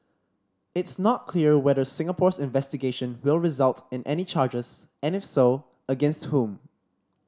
it's not clear whether Singapore's investigation will result in any charges and if so against whom